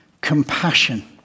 compassion